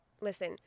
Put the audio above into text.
listen